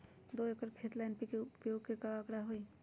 दो एकर खेत ला एन.पी.के उपयोग के का आंकड़ा होई?